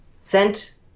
sent